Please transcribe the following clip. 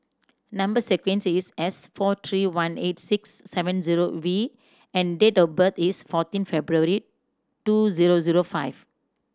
number sequence is S four three one eight six seven zero V and date of birth is fourteen February two zero zero five